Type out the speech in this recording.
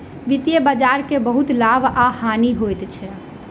वित्तीय बजार के बहुत लाभ आ हानि होइत अछि